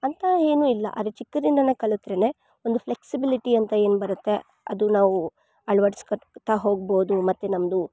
ಅಂತ ಏನು ಇಲ್ಲ ಅದ್ ಚಿಕ್ಕದಿಂದನೆ ಕಲಿತ್ರೆನೆ ಒಂದು ಫ್ಲೆಕ್ಸಿಬಿಲಿಟಿಯಂತ ಏನ್ಬರತ್ತೆ ಅದು ನಾವು ಅಳ್ವಡಿಸ್ಕೊಳ್ತ ಹೋಗ್ಬೌದು ಮತ್ತೆ ನಮ್ದು